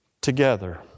together